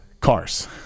Cars